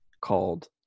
called